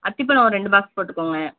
அத்திப்பழம் ஒரு ரெண்டு பாக்ஸ் போட்டுக்கோங்க